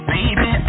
Baby